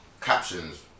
captions